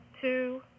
two